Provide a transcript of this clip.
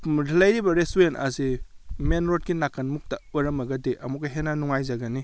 ꯂꯩꯔꯤꯕ ꯔꯦꯁꯇꯨꯔꯦꯟ ꯑꯁꯤ ꯃꯦꯟ ꯔꯣꯗꯀꯤ ꯅꯥꯀꯟ ꯃꯨꯛꯇ ꯑꯣꯏꯔꯝꯃꯒꯗꯤ ꯑꯃꯨꯛꯀ ꯍꯦꯟꯅ ꯅꯨꯡꯉꯥꯏꯖꯒꯅꯤ